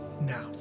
now